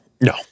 No